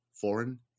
foreign